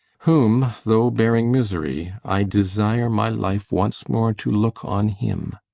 whom, though bearing misery, i desire my life once more to look on him.